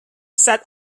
set